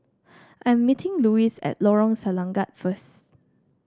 I am meeting Luis at Lorong Selangat first